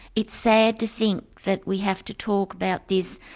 it's sad to think that we have to talk about this,